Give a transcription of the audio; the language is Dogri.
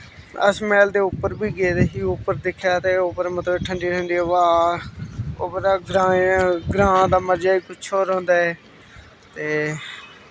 अस मैह्ल दे उप्पर बी गेदे ही उप्पर दिक्खेआ ते उप्पर मतलब ठंडी ठंडी हवा उप्परा ग्राएं ग्रांऽ दा मजा ही कुछ होर होंदा ऐ ते